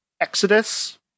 Exodus